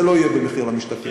וזה לא יהיה במחיר למשתכן.